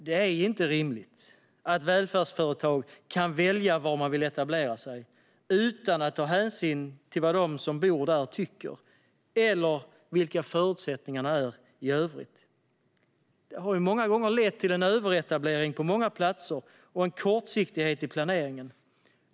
Det är inte rimligt att välfärdsföretag kan välja var de vill etablera sig utan att ta hänsyn till vad de som bor där tycker eller vilka förutsättningarna är i övrigt. Det har lett till en överetablering på många platser och en kortsiktighet i planeringen.